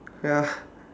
ya